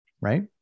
Right